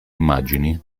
immagini